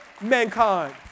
mankind